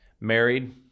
married